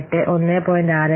58 1